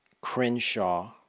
Crenshaw